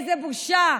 איזה בושה.